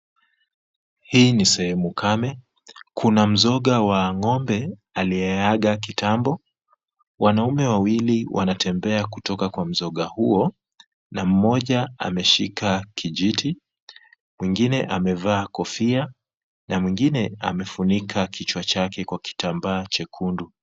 Hili ni sehemu kame, kuna mzoga wa ng'ombe aliyeaga kitambo. Wanaume wawili wanatembea kutoka kwa mzoga huo na mmoja ameshika kijiti, mwingine amevaa kofia na mwingine amefunika kichwa chake kwa kitambaa chekundu.